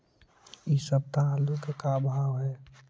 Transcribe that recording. इ सप्ताह आलू के का भाव है?